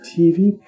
TV